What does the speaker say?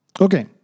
Okay